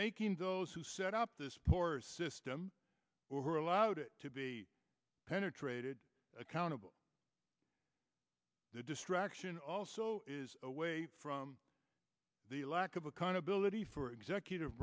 making those who set up the spores system or allowed it to be penetrated accountable the distraction also is away from the lack of accountability for executive